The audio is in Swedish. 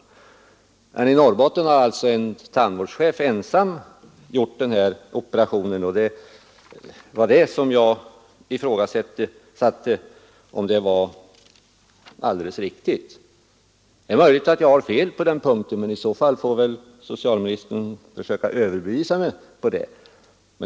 Men i Norrbotten har alltså en tandvårdschef ensam gjort denna operation, och det jag ifrågasatte var om detta är riktigt. Det är möjligt att jag har fel på den punkten, men i så fall får väl socialministern försöka överbevisa mig om det.